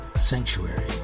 sanctuary